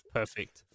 perfect